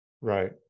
Right